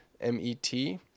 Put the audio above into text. M-E-T